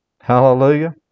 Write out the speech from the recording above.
Hallelujah